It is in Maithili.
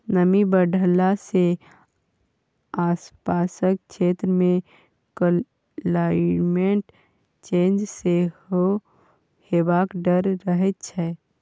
नमी बढ़ला सँ आसपासक क्षेत्र मे क्लाइमेट चेंज सेहो हेबाक डर रहै छै